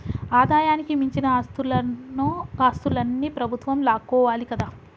ఆదాయానికి మించిన ఆస్తులన్నో ఆస్తులన్ని ప్రభుత్వం లాక్కోవాలి కదా